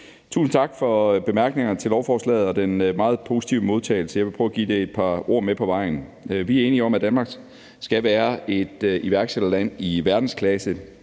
Tusind tak for bemærkningerne til lovforslaget og den meget positive modtagelse. Jeg vil prøve at give det et par ord med på vejen. Vi er enige om, at Danmark skal være et iværksætterland i verdensklasse.